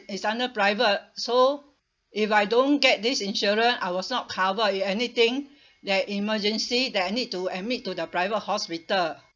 is under private so if I don't get this insurance I was not cover with anything their emergency then I need to admit to the private hospital